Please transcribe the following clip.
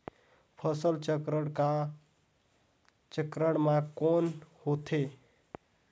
फसल चक्रण मा कौन होथे?